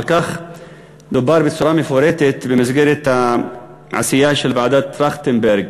על כך דובר בצורה מפורטת במסגרת העשייה של ועדת טרכטנברג.